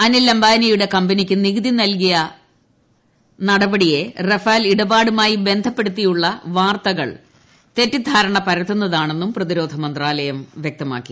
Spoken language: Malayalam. അനിൽ അംബാനിയുടെ കമ്പനിക്ക് നികുതി ഇളവ് നൽകിയ നടപടിയെ റഫാൽ ഇടപാടുമായി ബന്ധപ്പെടുത്തിയുള്ള വാർത്തകൾ തെറ്റിദ്ധാരണ പരത്തുന്നതാണെന്നും പ്രതിരോധ മന്ത്രാലയം വ്യക്തമാക്കി